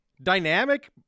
Dynamic